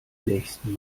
nächsten